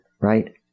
Right